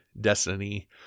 destiny